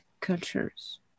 cultures